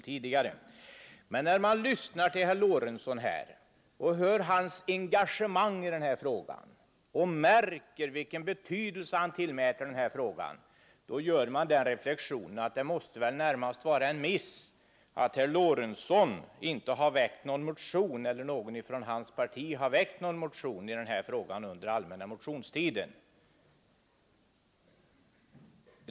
Men när man lyssnar till herr Lorentzons engagemang i denna fråga och märker vilken betydelse han tillmäter den gör man den reflexionen att det väl närmast måste vara en miss att varken herr Lorentzon eller någon annan inom hans parti har väckt en motion i ärendet under den allmänna motionstiden.